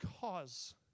cause